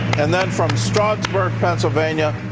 and then from strugsburg, pennsylvania,